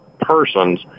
persons